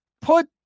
Put